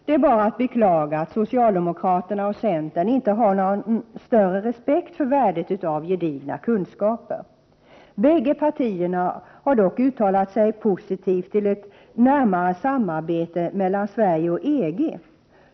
Det är bara att beklaga att socialdemokraterna och centern inte har någon större respekt för värdet av gedigna kunskaper. Bägge partierna har dock uttalat sig positivt till ett närmare samarbete mellan Sverige och EG.